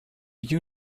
you